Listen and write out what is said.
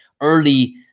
early